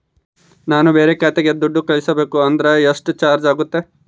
ನಾನು ಬೇರೆ ಖಾತೆಗೆ ದುಡ್ಡು ಕಳಿಸಬೇಕು ಅಂದ್ರ ಎಷ್ಟು ಚಾರ್ಜ್ ಆಗುತ್ತೆ?